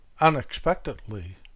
unexpectedly